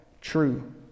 true